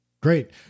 Great